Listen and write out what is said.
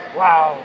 wow